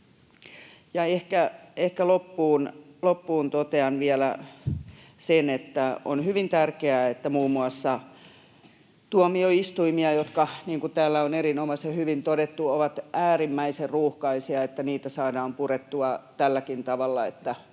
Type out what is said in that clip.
Ehkä loppuun totean vielä sen, että on hyvin tärkeää, että muun muassa tuomioistuimissa, jotka, niin kuin täällä on erinomaisen hyvin todettu, ovat äärimmäisen ruuhkaisia, ruuhkia saadaan purettua tälläkin tavalla,